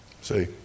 See